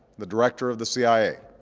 the director of the cia,